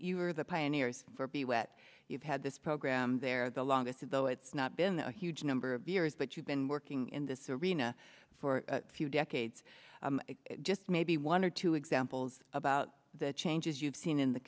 you were the pioneers for be wet you've had this program there the longest though it's not been a huge number of years but you've been working in this arena for a few decades just maybe one or two examples about the changes you've seen in the